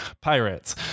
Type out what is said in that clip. Pirates